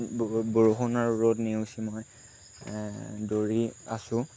ৰ'দ বৰষুণৰ ৰ'দ নেওচি মই দৌৰি আছোঁ